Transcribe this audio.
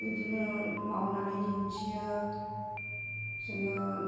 बिदिनो मावनानै दिन्थियो जोङो